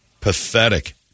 Pathetic